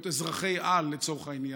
להיות אזרחי-על, לצורך העניין.